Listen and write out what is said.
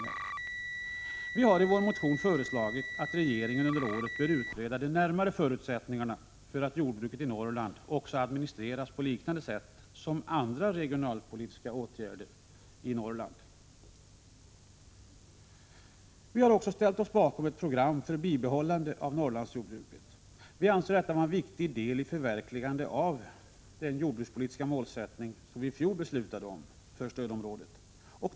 1985/86:160 ningar. Vi har i vår motion föreslagit att regeringen under året bör utredade 3 juni 1986 närmare förutsättningarna för att också jordbruksstödet till Norrland kunde administreras på liknande sätt som andra regionalpolitiska åtgärder i Norrland. Vi har också ställt oss bakom ett program för bibehållande av jordbruket i Norrland. Vi anser detta vara en viktig del i förverkligandet av jordbrukspolitikens målsättning för stödområdet, som vi i fjol beslutade om.